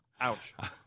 Ouch